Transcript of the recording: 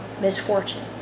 misfortune